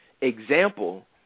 Example